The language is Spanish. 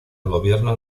gobierno